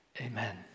Amen